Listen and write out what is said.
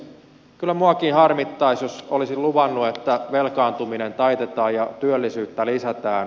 kyllä minuakin harmittaisi jos olisin luvannut että velkaantuminen taitetaan ja työllisyyttä lisätään